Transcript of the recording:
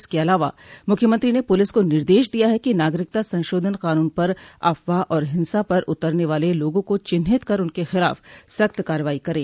इसके अलावा मुख्यमंत्री ने पुलिस को निर्देश दिया है कि नागरिकता संशोधन कानून पर अफवाह और हिंसा पर उतरने वाले लोगों को चिन्हित कर उनके खिलाफ़ सख्त कार्रवाई करे